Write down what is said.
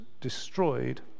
destroyed